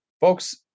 Folks